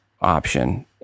option